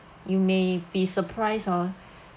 you may be surprised ah